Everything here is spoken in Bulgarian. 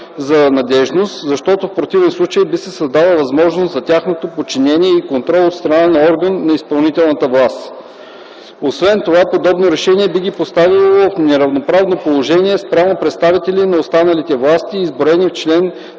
за надеждност, защото в противен случай би се създала възможност за тяхното подчинение и контрол от страна на орган на изпълнителната власт. Освен това подобно решение би ги поставило в неравноправно положение спрямо представители на останалите власти, изброени в чл.